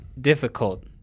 difficult